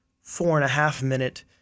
four-and-a-half-minute